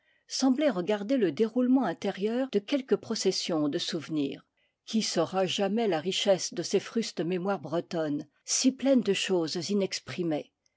semblait regarder le déroulement intérieur de quelque procession de souve nirs qui saura jamais la richesse de ces frustes mémoires bretonnes si pleines de choses